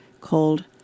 called